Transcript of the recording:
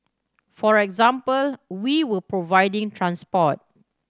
for example we were providing transport